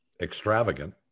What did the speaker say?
extravagant